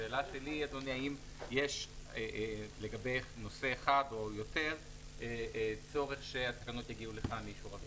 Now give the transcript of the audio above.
השאלה שלי האם יש צורך שהתקנות או חלקן יגיעו לכאן לאישור הוועדה?